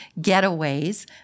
getaways